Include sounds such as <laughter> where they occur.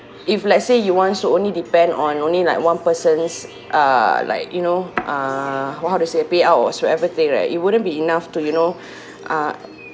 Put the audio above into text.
if let's say you want to only depend on only like one person's uh like you know uh well how to say payout or whatsoever thing right it wouldn't be enough to you know <breath> uh